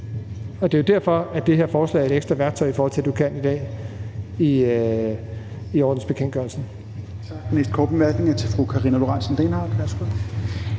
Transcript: Det er jo derfor, at det her forslag er et ekstra værktøj i forhold til det i ordensbekendtgørelsen,